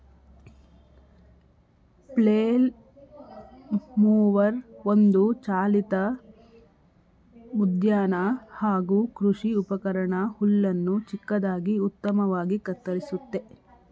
flail mower ಒಂದು ಚಾಲಿತ ಉದ್ಯಾನ ಹಾಗೂ ಕೃಷಿ ಉಪಕರಣ ಹುಲ್ಲನ್ನು ಚಿಕ್ಕದಾಗಿ ಉತ್ತಮವಾಗಿ ಕತ್ತರಿಸುತ್ತೆ